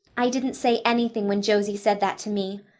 i didn't say anything when josie said that to me,